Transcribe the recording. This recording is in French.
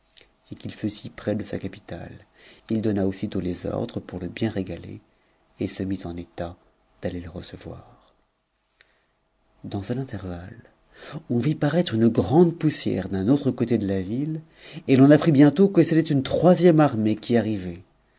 qu'il int si près de sa capitale il donna aussitôt les ordres pour e bien régaler et se mit en état d'aller le recevoir dans cet intervalle on vit parattre une grande poussière d'un autre côté de la ville et l'on apprit bientôt que c'était une troisième armée qui arrivait